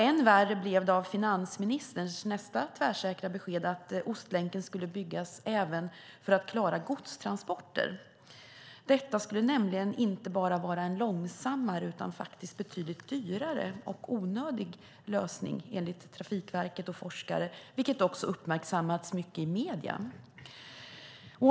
Än värre blev det av finansministerns nästa tvärsäkra besked att Ostlänken skulle byggas även för att klara godstransporter. Detta skulle nämligen vara inte bara en långsammare utan en betydligt dyrare och onödig lösning, enligt Trafikverket och forskare, vilket också uppmärksammats mycket i medierna.